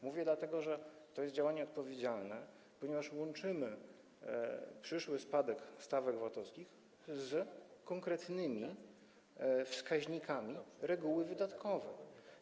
Mówię to dlatego, że to jest działanie odpowiedzialne, ponieważ łączymy przyszły spadek stawek VAT-owskich z konkretnymi wskaźnikami reguły wydatkowej.